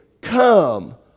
Come